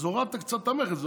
אז הורדת קצת את המכס.